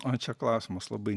oi čia klausimas labai